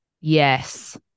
Yes